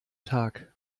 tag